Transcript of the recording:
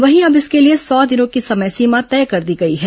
वहीं अब इसके लिए सौ दिनों की समय सीमा तय कर दी गई है